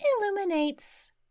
illuminates